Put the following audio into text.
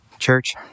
Church